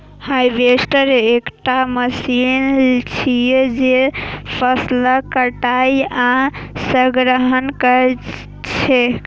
harvester एकटा machine छियै, जे फसलक कटाइ आ संग्रहण करै छै